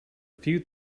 few